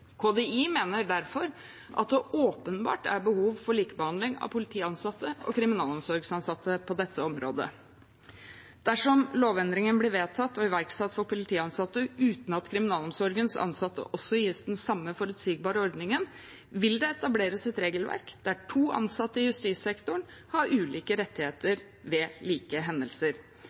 KDI mener derfor at det åpenbart er behov for likebehandling av politiansatte og kriminalomsorgsansatte på dette området. Dersom lovendringen blir vedtatt og iverksatt for politiansatte uten at kriminalomsorgens ansatte også gis den samme forutsigbare ordningen, vil det etableres et regelverk der to ansatte i justissektoren har ulike rettigheter ved like hendelser.